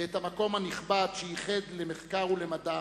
ואת המקום הנכבד שייחד למחקר ולמדע,